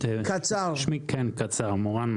שמי מורן מנו,